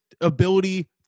ability